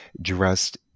dressed